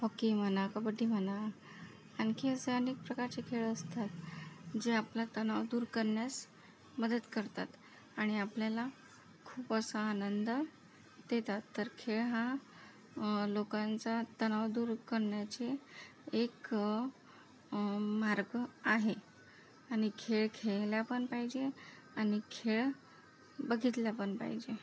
hockey म्हणा कबड्डी म्हणा आणखी असे अनेक प्रकारचे खेळ असतात जे आपला तणाव दूर करण्यास मदत करतात आणि आपल्याला खूप असा आनंद देतात तर खेळ हा लोकांचा तणाव दूर करण्याचे एक मार्ग आहे आणि खेळ खेळला पण पाहिजे आणि खेळ बघितला पण पाहिजे